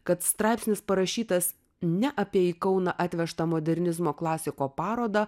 kad straipsnis parašytas ne apie į kauną atvežtą modernizmo klasiko parodą